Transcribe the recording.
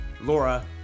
Laura